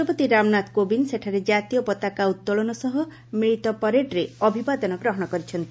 ରାଷ୍ଟ୍ରପତି ରାମନାଥ କୋବିନ୍ଦ ସେଠାରେ କାତୀୟ ପତାକା ଉତ୍ତୋଳନ ସହ ମିଳିତ ପରେଡ୍ରେ ଅଭିବାଦନ ଗ୍ରହଣ କରିଛନ୍ତି